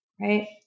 right